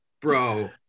Bro